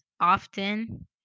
often